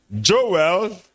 joel